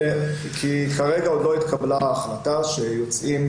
כרגע עוד לא התקבלה ההחלטה שיוצאים